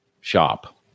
shop